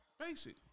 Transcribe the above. basic